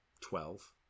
Twelve